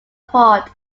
port